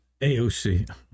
AOC